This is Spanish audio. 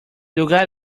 lugar